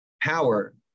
power